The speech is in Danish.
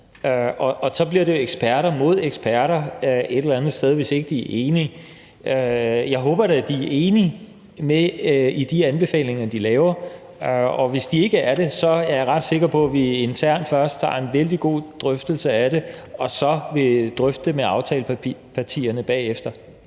Og så bliver det eksperter mod eksperter et eller andet sted, hvis ikke de er enige. Jeg håber da, de er enige om de anbefalinger, de laver, og hvis ikke de er det, er jeg ret sikker på, at vi internt først tager en vældig god drøftelse af det, og så vil vi drøfte det med aftalepartierne bagefter.